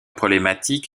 problématique